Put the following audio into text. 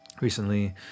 recently